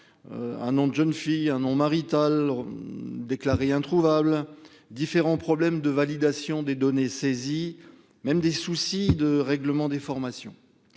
nom de jeune fille ou marital déclaré introuvable, différents problèmes de validation des données saisies, soucis de règlement des formations